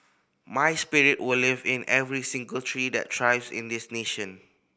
my spirit will live in every single tree that thrives in this nation